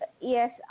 yes